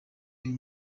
uyu